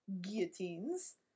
guillotines